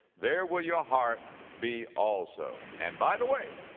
there will your heart be also. and by the way,